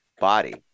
body